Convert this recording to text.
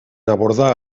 abordar